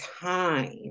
time